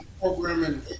programming